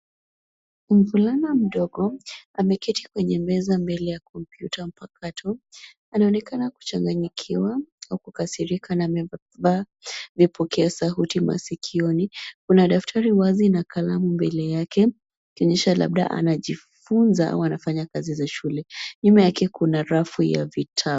Mvulana mdogo ameketi kwenye meza mbele ya kompyuta mpakato. Anaonekana kuchanganyikiwa au kukasirika na amevaa vipokea sauti masikioni . Kuna daftari wazi na kalamu mbele yake ikionyesha labda anajifunza au anafanya kazi za shule. Nyuma yake kuna rafu ya vitabu.